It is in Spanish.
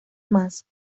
más